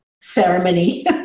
ceremony